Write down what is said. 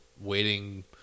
waiting